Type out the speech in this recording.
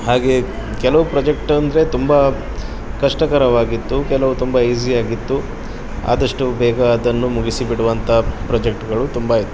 ಹಾಗೇ ಕೆಲವು ಪ್ರೊಜೆಕ್ಟ್ ಅಂದರೆ ತುಂಬ ಕಷ್ಟಕರವಾಗಿತ್ತು ಕೆಲವು ತುಂಬ ಈಝಿಯಾಗಿತ್ತು ಆದಷ್ಟು ಬೇಗ ಅದನ್ನು ಮುಗಿಸಿಬಿಡುವಂಥ ಪ್ರೊಜೆಕ್ಟ್ಗಳು ತುಂಬ ಇತ್ತು